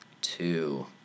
two